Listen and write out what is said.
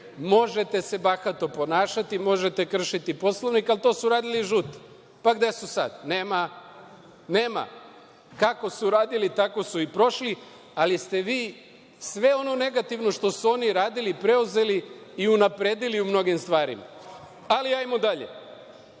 možete se bahato ponašati, možete kršiti Poslovnik, ali to su radili i žuti, pa gde su sada? Nema. Kako su radili, tako su i prošli, ali ste vi sve ono negativno što su oni radili preuzeli i unapredili u mnogim stvarima. Idemo dalje,